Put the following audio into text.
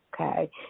Okay